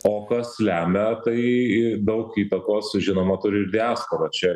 o kas lemia tai daug įtakos žinoma turi ir diaspora čia